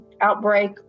outbreak